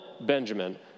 Benjamin